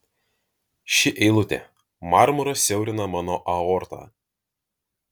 ši eilutė marmuras siaurina mano aortą